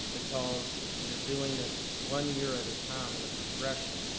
because you're doing it one year at a time in a progression.